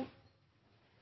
i